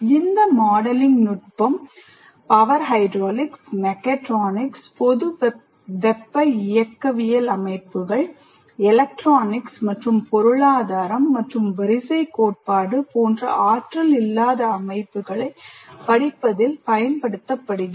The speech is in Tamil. இந்த மாடலிங் நுட்பம் பவர் ஹைட்ராலிக்ஸ் மெகாட்ரானிக்ஸ் பொது வெப்ப இயக்கவியல் அமைப்புகள் எலக்ட்ரானிக்ஸ் மற்றும் பொருளாதாரம் மற்றும் வரிசைக் கோட்பாடு போன்ற ஆற்றல் இல்லாத அமைப்புகளைப் படிப்பதில் பயன்படுத்தப்படுகிறது